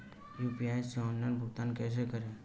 UPI से online भुगतान कैसे करें?